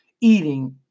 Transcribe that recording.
eating